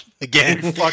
again